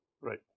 Right